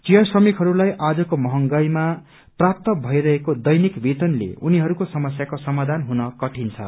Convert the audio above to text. चिया श्रमिकहरूलाई आजको महंगाईमा प्राप्त भइरहेको दैनिक वेतनले उनीहरूको समस्याको समाधान हुन कठिन छ